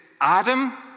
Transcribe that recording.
Adam